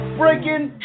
breaking